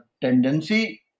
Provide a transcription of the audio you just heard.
tendency